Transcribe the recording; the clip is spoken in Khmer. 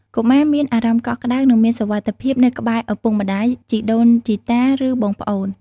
កុមារមានអារម្មណ៍កក់ក្តៅ និងមានសុវត្ថិភាពនៅក្បែរឪពុកម្តាយ ជីដូនជីតា ឬបងប្អូន។